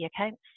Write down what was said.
accounts